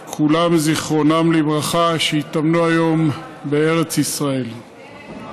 כולם, זיכרונם לברכה, ייטמנו היום בארץ ישראל.